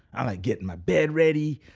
i'm like getting my bed ready,